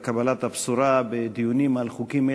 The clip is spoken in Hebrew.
תודה לחברת הכנסת פנינה תמנו-שטה.